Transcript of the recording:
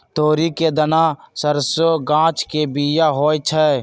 तोरी के दना सरसों गाछ के बिया होइ छइ